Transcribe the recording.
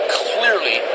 clearly